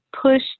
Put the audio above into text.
push